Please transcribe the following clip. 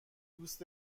دوست